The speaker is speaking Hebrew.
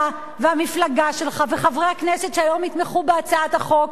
אתה והמפלגה שלך וחברי הכנסת שהיום יתמכו בהצעת החוק,